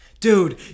Dude